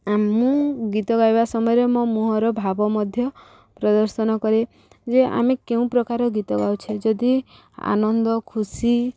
ମୁଁ ଗୀତ ଗାଇବା ସମୟରେ ମୋ ମୁହଁର ଭାବ ମଧ୍ୟ ପ୍ରଦର୍ଶନ କରେ ଯେ ଆମେ କେଉଁ ପ୍ରକାର ଗୀତ ଗାଉଛେ ଯଦି ଆନନ୍ଦ ଖୁସି